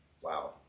Wow